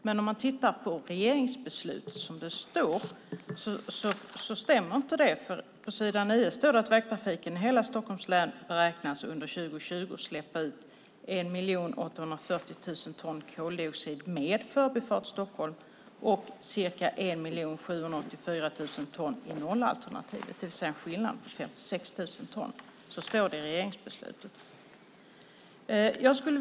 Det stämmer inte, för i regeringsbeslutet står det på s. 9 att vägtrafiken i hela Stockholms län beräknas under 2020 släppa ut 1 840 000 ton koldioxid med Förbifart Stockholm och ca 1 784 000 ton med nollalternativet, det vill säga en skillnad på 56 000 ton. Så står det i regeringsbeslutet.